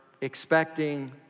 expecting